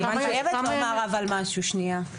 אני חייבת לומר אבל משהו שנייה.